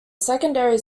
secondary